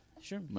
Sure